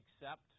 accept